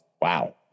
Wow